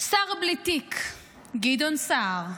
שר בלי תיק גדעון סער.